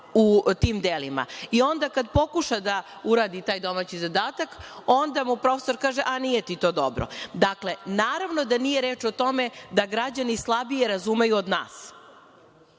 u tim delima i onda kad pokuša da uradi taj domaći zadatak, onda mu profesor kaže – nije ti to dobro. Dakle, naravno da nije reč o tome da građani slabije razumeju od nas.